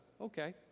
Okay